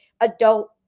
adult